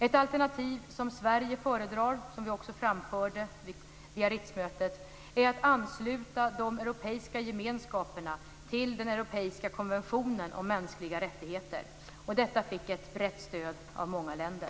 Ett alternativ som Sverige föredrar, som vi också framförde vid Biarritzmötet, är att ansluta de europeiska gemenskaperna till den europeiska konventionen om mänskliga rättigheter. Detta fick ett brett stöd av många länder.